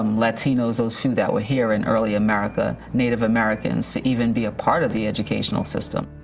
um latinos, those who that were here in early america, native americans to even be a part of the educational system.